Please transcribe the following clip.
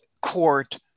court